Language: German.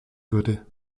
würde